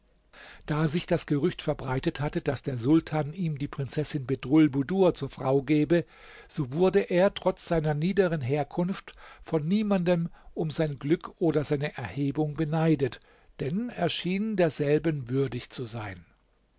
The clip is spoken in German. da sich das gerücht verbreitet hatte daß der sultan ihm die prinzessin bedrulbudur zur frau gebe so wurde er trotz seiner niederen herkunft von niemanden um sein glück oder seine erhebung beneidet denn er schien derselben würdig zu sein